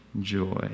joy